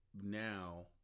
Now